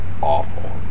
awful